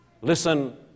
listen